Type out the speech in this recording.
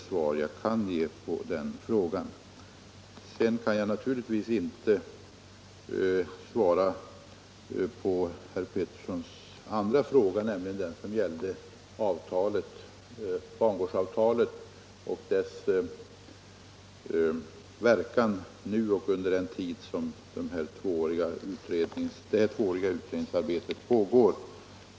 Sedan kan jag naturligtvis inte svara på herr Petterssons andra fråga, som gällde bangårdsavtalet och dess verkan nu och under den tid då det tvååriga utredningsarbetet pågår.